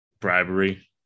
Bribery